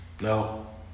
no